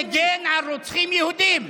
מגן על רוצחים יהודים.